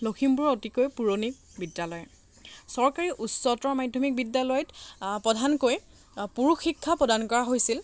লখিমপুৰৰ অতিকৈ পুৰণি বিদ্যালয় চৰকাৰী উচ্চতৰ মাধ্যমিক বিদ্যালয়ত প্ৰধানকৈ পুৰুষ শিক্ষা প্ৰদান কৰা হৈছিল